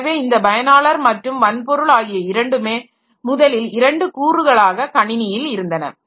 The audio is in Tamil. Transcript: எனவே இந்த பயனாளர் மற்றும் வன்பொருள் ஆகிய இரண்டுமே முதலில் இரண்டு கூறுகளாக கணினியில் இருந்தன